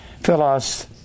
Philos